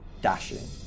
Dashing